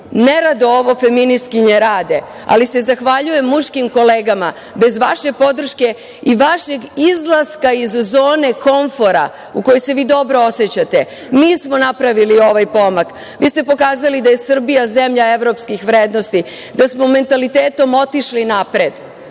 Nerado ovo feministkinje rade, ali se zahvaljujem muškim kolegama, bez vaše podrške i vašeg izlaska iz zone komfora u kojem se vi dobro osećate, mi smo napravili. Vi ste pokazali da je Srbija zemlja evropskih vrednosti, da smo mentalitetom otišli napred